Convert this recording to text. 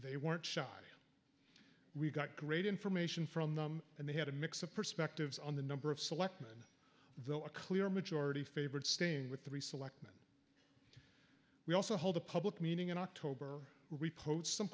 they weren't shy we got great information from them and they had a mix of perspectives on the number of selectmen though a clear majority favored staying with three selectmen we also hold a public meeting in october